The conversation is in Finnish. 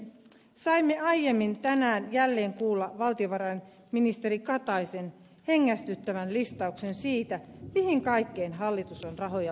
saimme aiemmin tänään jälleen kuulla valtiovarainministeri kataisen hengästyttävän listauksen siitä mihin kaikkeen hallitus on rahoja laittanut